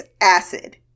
acid